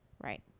Right